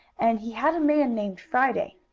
and he had a man named friday.